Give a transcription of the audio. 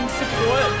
support